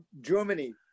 Germany